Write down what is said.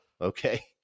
Okay